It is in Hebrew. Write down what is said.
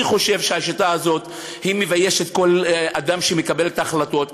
אני חושב שהשיטה הזאת מביישת כל אדם שמקבל את ההחלטות.